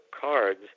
cards